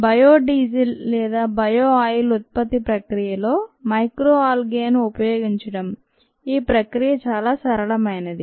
bio diesel లేదా bio oil ఉత్పత్తి ప్రక్రియలో మైక్రో ఆల్గే ను ఉపయోగించటం ఈ ప్రక్రియ చాలా సరళమైనది